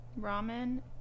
ramen